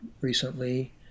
recently